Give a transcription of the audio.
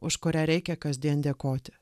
už kurią reikia kasdien dėkoti